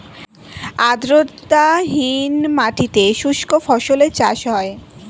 আর্দ্রতাহীন মাটিতে শুষ্ক ফসলের চাষ হয়